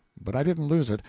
but i didn't lose it.